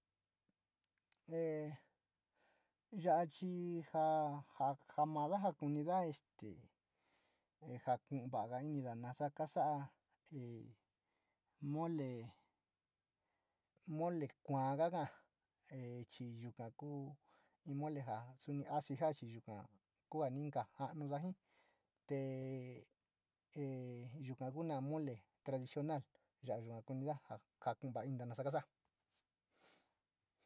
Te yaa chi ja jamada jakunida este jaku´u va´a inida nasa kasa´a mole, mole kua kaka chii yuka kuu in mole in suni asu jaa chi yuka kua ja ni kajanuda jii te a yuka kuna mole tradicional ya yua kunida ja ja ka va´ainida ntasa kasa´a.